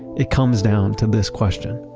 it comes down to this question,